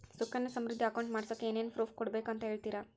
Sukanya Samriddhi account ಮಾಡಿಸೋಕೆ ಏನೇನು proof ಕೊಡಬೇಕು ಅಂತ ಹೇಳ್ತೇರಾ?